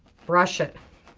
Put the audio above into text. brush it